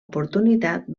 oportunitat